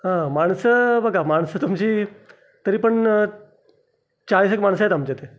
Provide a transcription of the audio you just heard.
माणसं बघा माणसं तुमची तरी पण चाळीस एक माणसं आहेत आमच्या इथे